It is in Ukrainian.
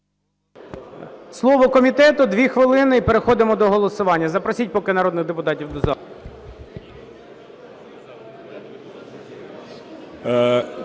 Слово комітету – 2 хвилини, і переходимо до голосування. Запросіть поки народних депутатів до зали.